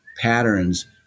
patterns